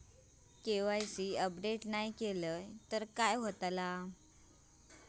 KYC update नाय केलय तर काय होईत?